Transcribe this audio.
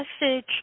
message